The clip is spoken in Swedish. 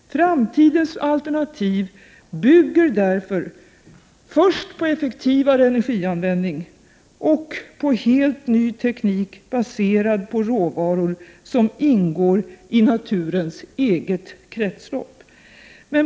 Framtidens alternativ bygger därför på effektivare energianvändning och på helt ny teknik baserad på råvaror som ingår i naturens eget kretslopp.